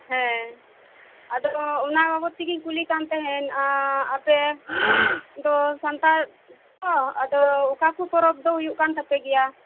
ᱦᱮᱸ ᱟᱫᱚ ᱚᱱᱟ ᱵᱟᱵᱚᱛ ᱛᱮᱜᱮᱧ ᱠᱩᱞᱤ ᱠᱟᱱ ᱛᱟᱸᱦᱮᱱ ᱟᱯᱮ ᱫᱚ ᱥᱟᱱᱛᱟᱲ ᱛᱚ ᱟᱫᱚ ᱚᱠᱟ ᱠᱚ ᱯᱚᱨᱚᱵᱽ ᱫᱚ ᱦᱩᱭᱩᱜ ᱠᱟᱱ ᱛᱟᱯᱮᱜᱮᱭᱟ